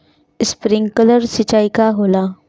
Sprinkler सिंचाई का होला?